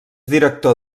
director